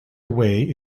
away